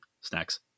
Snacks